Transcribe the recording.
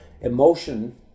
emotion